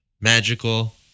Magical